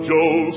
Joe